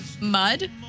mud